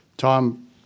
Tom